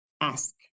Ask